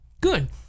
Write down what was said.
Good